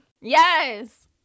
Yes